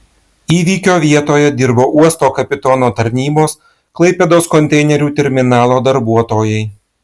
įvykio vietoje dirbo uosto kapitono tarnybos klaipėdos konteinerių terminalo darbuotojai